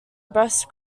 breast